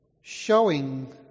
showing